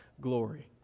glory